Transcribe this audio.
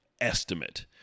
estimate